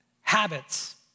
habits